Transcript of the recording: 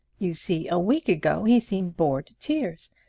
you see a week ago he seemed bored to tears,